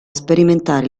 sperimentare